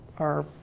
are